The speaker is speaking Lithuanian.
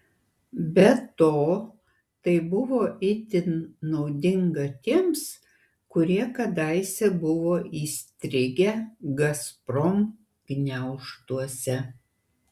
be to tai buvo itin naudinga tiems kurie kadaise buvo įstrigę gazprom gniaužtuose